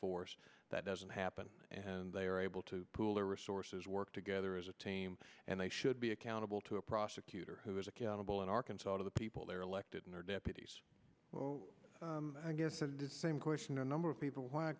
force that doesn't happen and they are able to pool their resources work together as a team and they should be accountable to a prosecutor who is accountable in arkansas to the people they're elected in their deputies so i guess the same question a number of people w